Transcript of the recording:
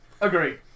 agree